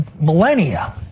millennia